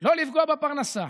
לא לפגוע בפרנסה,